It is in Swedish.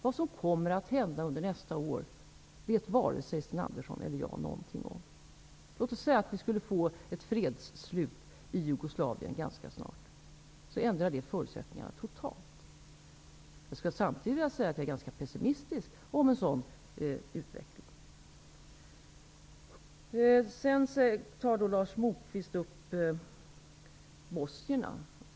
Vad som kommer att hända under nästa år vet inte vare sig Sten Andersson eller jag någonting om. Låt oss säga att vi skulle få fred i f.d. Jugoslavien ganska snart. Då ändrar det förutsättningarna totalt. Jag skulle samtidigt vilja säga att jag är ganska pessimistisk om en sådan utveckling. Lars Moquist tar upp bosnierna.